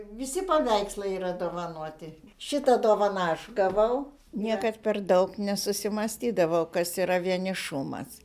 visi paveikslai yra dovanoti šitą dovaną aš gavau niekad per daug nesusimąstydavau kas yra vienišumas